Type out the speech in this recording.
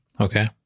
Okay